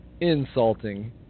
insulting